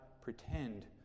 pretend